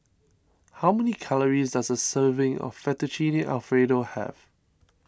how many calories does a serving of Fettuccine Alfredo have